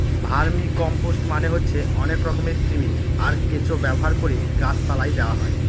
vermicompost মানে হচ্ছে অনেক রকমের কৃমি, আর কেঁচো ব্যবহার করে গাছ পালায় দেওয়া হয়